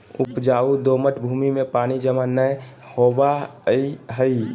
उपजाऊ दोमट भूमि में पानी जमा नै होवई हई